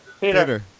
Peter